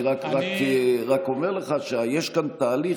אני רק אומר לך שיש כאן תהליך.